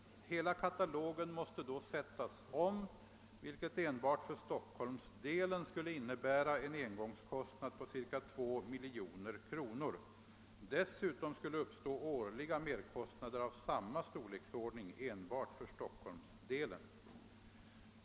Hela katalogen måste då sättas om, vilket enbart för Stockholmsdelen skulle innebära en engångskostnad på ca 2 miljoner kronor. Dessutom skulle uppstå årliga merkostnader av samma storleksordning enbart för Stockholmsdelen.